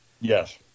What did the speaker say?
Yes